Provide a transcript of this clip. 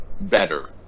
better